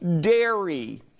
dairy